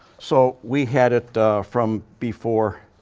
so, we had it from before,